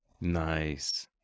nice